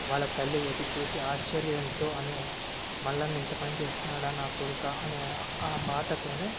వాళ్ళ తల్లి వచ్చి చూసి ఆశ్చర్యంతో అనే మల్లన్న ఇంత పని చేస్తున్నాడా నా కొడుకా అని ఆ మాటతోనే